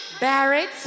Barrett